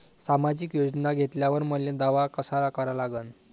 सामाजिक योजना घेतल्यावर मले दावा कसा करा लागन?